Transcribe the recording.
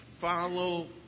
follow